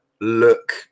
look